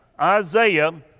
Isaiah